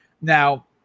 Now